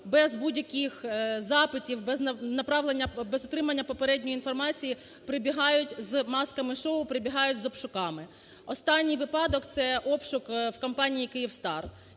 без будь-яких запитів, без отримання попередньої інформації прибігають з "масками- шоу", прибігають з обшуками. Останній випадок - це обшук в компанії "Київстар".